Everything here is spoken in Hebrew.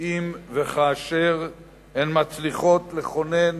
אם וכאשר הן מצליחות לכונן